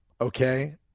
okay